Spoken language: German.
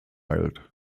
wild